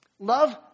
Love